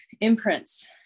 imprints